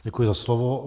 Děkuji za slovo.